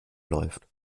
läuft